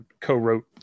co-wrote